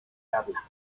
tabla